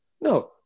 No